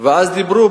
ואז דיברו,